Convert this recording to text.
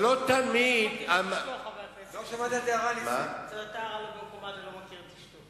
זאת היתה הערה לא במקומה, אתה לא מכיר את אשתו.